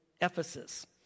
Ephesus